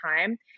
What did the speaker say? time